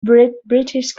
british